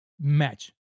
match